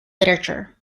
literature